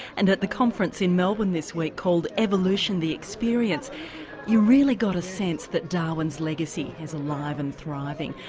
and at the conference in melbourne this week called evolution the experience you really got a sense that darwin's legacy is alive and thriving.